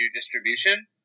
distribution